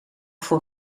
voor